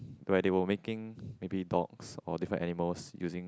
where they were making maybe dogs or different animals using